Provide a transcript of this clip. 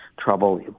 trouble